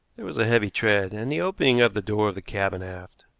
there was a heavy tread, and the opening of the door of the cabin aft.